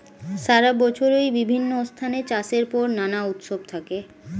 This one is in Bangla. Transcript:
সারা বছরই বিভিন্ন স্থানে চাষের পর নানা উৎসব থাকে